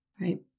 right